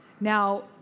Now